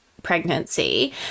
pregnancy